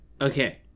okay